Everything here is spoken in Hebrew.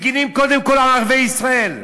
אנחנו מגינים קודם כול על ערביי ישראל,